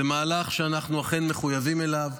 זה מהלך שאנחנו אכן מחויבים אליו,